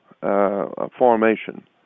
formation